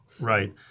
Right